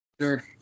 Sure